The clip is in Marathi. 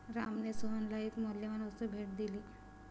रामने सोहनला एक मौल्यवान वस्तू भेट दिली